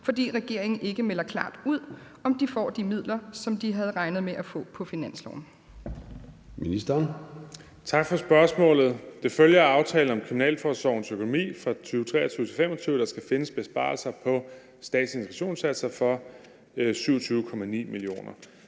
fordi regeringen ikke melder klart ud, om de får de midler, som de havde regnet med at få på finansloven?